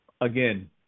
again